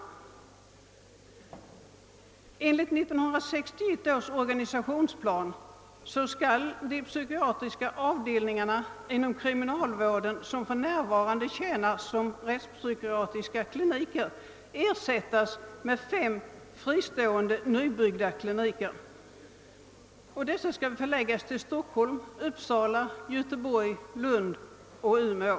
Enligt 1961 års organisationsplan skall de psykiatriska avdelningarna inom kriminalvården, som för närvarande tjänar som rättspsykiatriska kliniker, ersättas med fem fristående, nybyggda kliniker förlagda till Stockholm, Uppsala, Göteborg, Lund och Umeå.